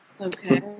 Okay